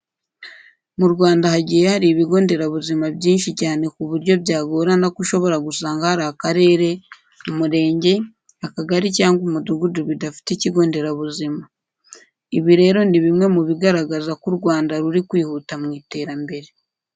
Mu Rwanda hagiye hari ibigo nderabuzima byinshi cyane ku buryo byagorana ko ushobora gusanga hari akarere, umurenge, akagari cyangwa umudugudu bidafite ikigo nderabuzima. Ibi rero ni bimwe mu bigaragaza ko u Rwanda ruri kwihuta mu iterambere.